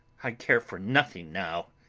i care for nothing now,